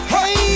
Hey